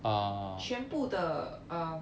全部的 um